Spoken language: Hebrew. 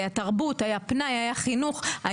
הייתה תרבות, היה פנאי, היה חינוך.